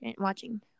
watching